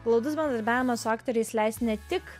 glaudus bendradarbiavimas su aktoriais leis ne tik